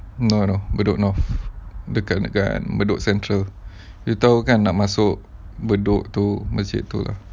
no lah bedok north dekat dengan bedok central you [tau] kan nak masuk bedok tu mesti tu lah